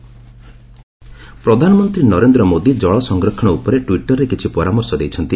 PM blog ପ୍ରଧାନମନ୍ତ୍ରୀ ନରେନ୍ଦ୍ର ମୋଦି ଜଳ ସଂରକ୍ଷଣ ଉପରେ ଟ୍ୱିଟର୍ରେ କିଛି ପରାମର୍ଶ ଦେଇଛନ୍ତି